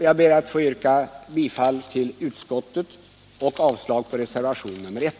Jag ber att få yrka bifall till utskottets hemställan, vilket innebär avslag på reservationen 1.